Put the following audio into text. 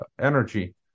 energy